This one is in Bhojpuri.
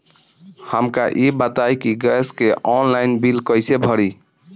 हमका ई बताई कि गैस के ऑनलाइन बिल कइसे भरी?